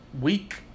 week